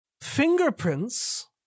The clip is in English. fingerprints